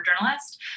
journalist